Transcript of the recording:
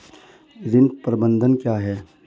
ऋण प्रबंधन क्या है?